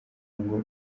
ngo